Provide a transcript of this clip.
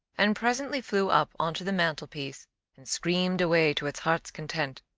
and presently flew up on to the mantelpiece and screamed away to its heart's content.